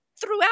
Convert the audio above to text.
throughout